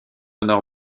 nord